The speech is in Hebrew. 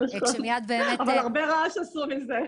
אבל הרבה רעש עשו מזה.